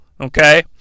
Okay